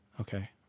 Okay